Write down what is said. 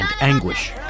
anguish